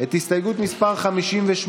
אתם לא רוצים לסכם את הדיון?